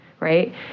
Right